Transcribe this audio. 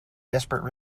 desperate